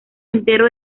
entero